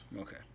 Okay